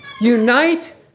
Unite